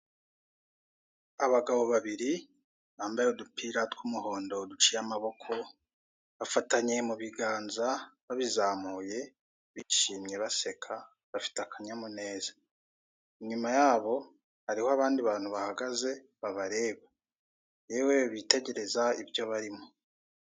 Abagabo babiri bambaye udupira tw'umuhondo duciye amaboko, bafatanye mu biganza babizamuye, bishimye baseka, bafite akanyamuneza, inyuma yabo, hariho abandi bantu bahagaze, babareba, yewe bitegereza ibyo barimo.